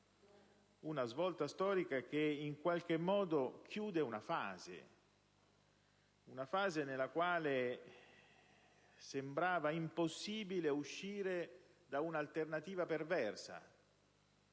una svolta storica che chiude una fase; una fase nella quale sembrava impossibile uscire da un'alternativa perversa: